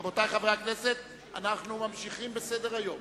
אנחנו ממשיכים בסדר-היום.